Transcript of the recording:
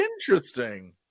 Interesting